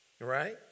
Right